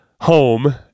home